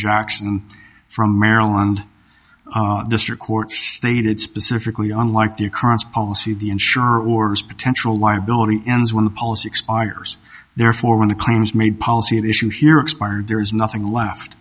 jackson from maryland district court stated specifically unlike the occurrence policy the insurer or potential liability ends when the policy expires therefore when the claims made policy the issue here expired there is nothing left